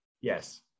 Yes